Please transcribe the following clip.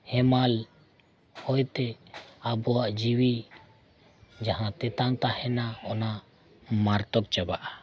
ᱦᱮᱢᱟᱞ ᱦᱳᱭᱛᱮ ᱟᱵᱚᱣᱟᱜ ᱡᱤᱣᱤ ᱡᱟᱦᱟᱸ ᱛᱮᱛᱟᱝ ᱛᱟᱦᱮᱱᱟ ᱚᱱᱟ ᱢᱟᱨᱛᱚᱠ ᱪᱟᱵᱟᱜᱼᱟ